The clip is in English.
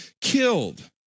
killed